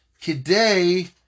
Today